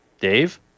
dave